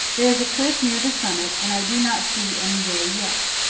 there is a cliff near the summit and i do not see any way yet.